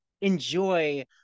enjoy